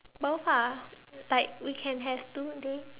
both ah like we can have two a day